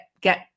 get